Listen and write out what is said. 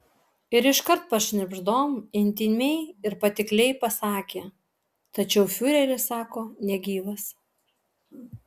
ir iškart pašnibždom intymiai ir patikliai pasakė tačiau fiureris sako negyvas